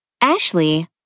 Ashley